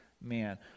man